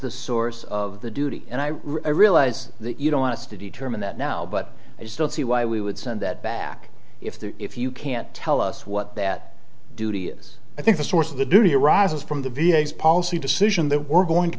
the source of the duty and i realize that you don't want us to determine that now but i just don't see why we would send that back if the if you can't tell us what that duty is i think the source of the duty arises from the v a s policy decision that we're going to